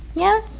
yeah